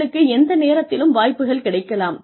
உங்களுக்கு எந்த நேரத்திலும் வாய்ப்புகள் கிடைக்கலாம்